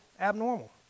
abnormal